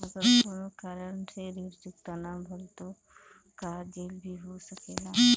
अगर कौनो कारण से ऋण चुकता न भेल तो का जेल भी हो सकेला?